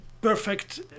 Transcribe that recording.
perfect